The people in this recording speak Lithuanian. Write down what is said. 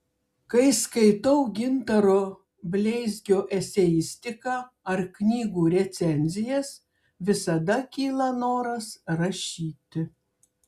kai skaitau gintaro bleizgio eseistiką ar knygų recenzijas visada kyla noras rašyti